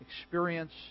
experience